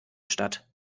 statt